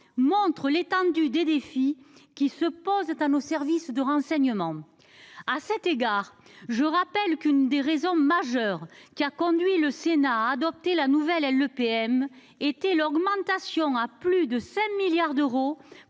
montrent l’étendue des défis qui se posent à nos services de renseignement. À cet égard, je le rappelle, une des raisons majeures qui ont conduit le Sénat à adopter la nouvelle LPM était l’augmentation de plus de 5 milliards d’euros